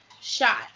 shot